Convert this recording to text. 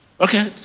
Okay